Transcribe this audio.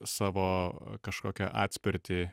savo kažkokią atspirtį